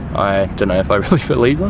i dunno if i really believe them,